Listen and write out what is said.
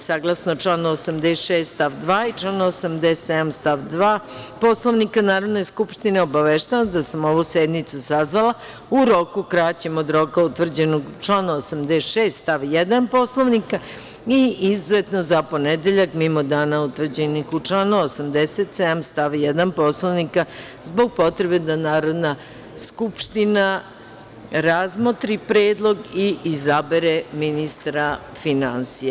Saglasno članu 86. stav 2. i članu 87. stav 2. Poslovnika Narodne skupštine, obaveštavam vas da sam ovu sednicu sazvala u roku kraćem od roka utvrđenog u članu 86. stav 1. Poslovnika i izuzetno, za ponedeljak, mimo dana utvrđenih u članu 87. stav 1. Poslovnika, zbog potrebe da Narodna skupština razmotri predlog i izabere ministra finansija.